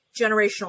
generational